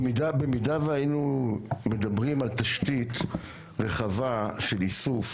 במידה והיינו מדברים על תשתית רחבה של איסוף